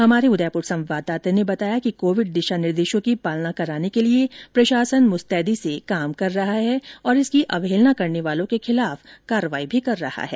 हमारे संवाददाता ने बताया कि कोविड दिशा निर्देशों की पालना कराने के लिए प्रशासन मुस्तैदी से कार्य कर रहा है और इसकी अवहेलना करने वालों के खिलाफ कार्रवाई भी कर रहा है